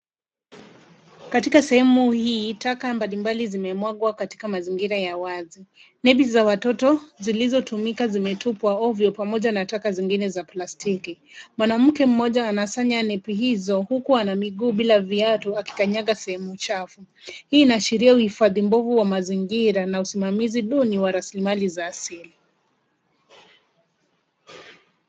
Katika sehemu hii taka mbalimbali zimemwagwa katika mazingira ya wazi. Nepi za watoto zilizotumika zimetupwa ovyo pamoja na taka zingine za plastiki. Mwanamke mmoja anasanya nepi hizo huku ana miguu bila viatu akikanyaga sehemu chafu. hii inaashiria uhifdhi mbovu wa mazingira na usimamizi duni wa rasilimali za asili.